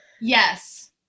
Yes